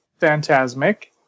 Phantasmic